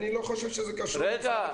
אני לא חושב שזה קשור --- רגע,